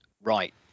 right